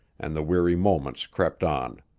and the weary moments crept on.